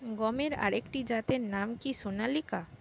গমের আরেকটি জাতের নাম কি সোনালিকা?